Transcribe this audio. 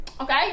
Okay